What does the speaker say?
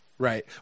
Right